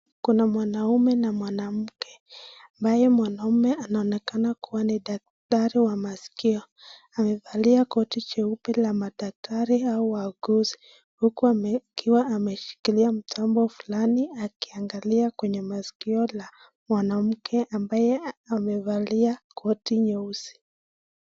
Kuna mwanaume na mwanamke ambaye mwanaume anaonekana kuwa ni daktari wa maskio , amevalia koti jeupe la madaktari au wauguzi huku akiwa ameshikilia chombo fulani akiangalia kwenye maskio la mwanamke ambaye amevalia koti nyeusi.